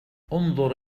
انظر